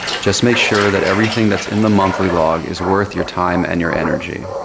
just make sure that everything that's in the monthly log is worth your time and your energy.